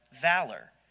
valor